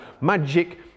Magic